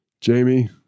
Jamie